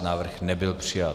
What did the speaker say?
Návrh nebyl přijat.